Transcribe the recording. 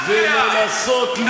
ולנסות,